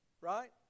right